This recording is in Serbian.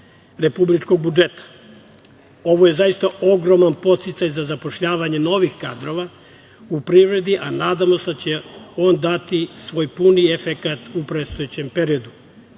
republičkog budžeta. Ovo je zaista ogroman podsticaj za zapošljavanje novih kadrova u privredi, a nadamo se da će on dati svoj puni efekat u predstojećem periodu,